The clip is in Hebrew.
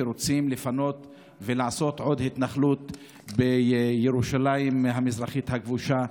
רוצים לפנות ולעשות עוד התנחלות בירושלים המזרחית הכבושה.